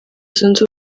zunze